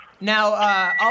now